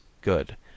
Good